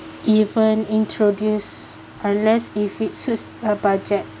even introduce unless if it suits a budget